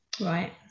Right